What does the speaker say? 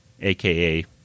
aka